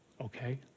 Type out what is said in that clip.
okay